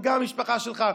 וגם המשפחה שלך.